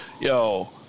yo